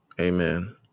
Amen